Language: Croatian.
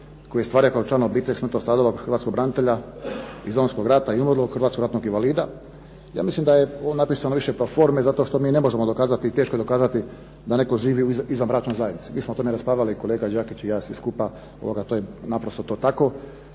koja je ostvario kao član obitelji smrtno stradalog hrvatskog branitelja iz Domovinskog rata i umrlog hrvatskog ratnog invalida. Ja mislim da je ovo napisano više pro forme zato što mi ne možemo dokazati i teško je dokazati da netko živi u izvanbračnoj zajednici. Mi smo o tome raspravljali kolega Đakić i ja, svi skupa to je naprosto tako.